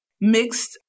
mixed